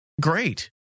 great